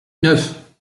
neuf